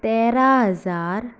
तेरा हजार